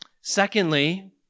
Secondly